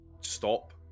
stop